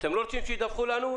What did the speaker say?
אתם לא רוצים שידווחו לנו?